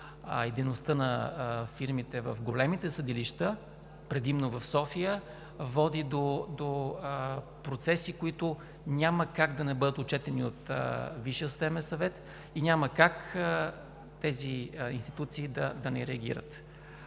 дейността на фирмите в големите съдилища, предимно в София, води до процеси, които няма как да не бъдат отчетени от Висшия съдебен съвет, и няма как тези институции да не реагират.